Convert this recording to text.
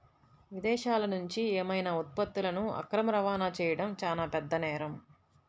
విదేశాలనుంచి ఏవైనా ఉత్పత్తులను అక్రమ రవాణా చెయ్యడం చానా పెద్ద నేరం